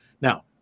Now